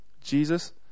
Jesus